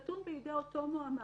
נתון בידי אותו מועמד,